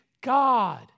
God